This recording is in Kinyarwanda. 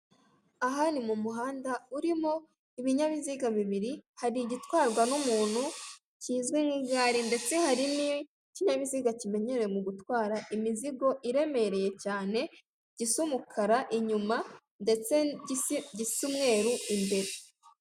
Aha ni mu muhanda urimo ibinyabiziga bibiri; hari igitwarwa n'umuntu kizwi nk'igare, ndetse hari n'ikinyabiziga kimenyerewe mu gutwara imizigo iremereye cyane, gisa umukara inyuma, ndetse gisa umweru imbere.